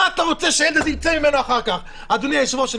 מה אתה רוצה שיצא מהילד הזה אחר כך?